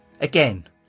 Again